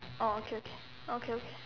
oh okay okay okay okay